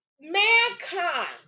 mankind